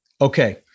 Okay